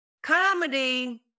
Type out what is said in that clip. Comedy